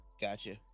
Gotcha